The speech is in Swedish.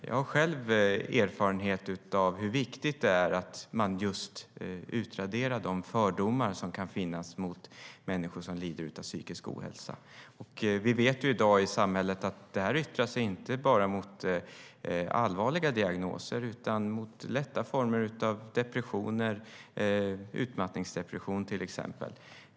Jag har själv erfarenhet av hur viktigt det är att man utraderar de fördomar som kan finnas mot människor som lider av psykisk ohälsa. Vi vet i dag i samhället att detta inte bara yttrar sig vid allvarliga diagnoser utan också mot lättare former av till exempel depression och utmattningsdepression.